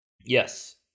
Yes